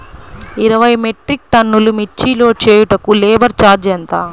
ఇరవై మెట్రిక్ టన్నులు మిర్చి లోడ్ చేయుటకు లేబర్ ఛార్జ్ ఎంత?